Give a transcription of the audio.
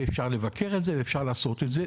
ואפשר לבקר את זה ואפשר לעשות את זה.